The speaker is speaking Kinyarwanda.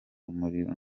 umurizo